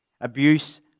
Abuse